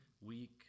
week